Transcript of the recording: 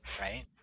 right